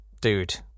dude